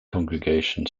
congregation